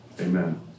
Amen